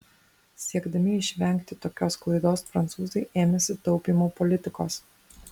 siekdami išvengti tokios klaidos prancūzai ėmėsi taupymo politikos